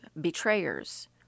betrayers